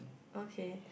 okay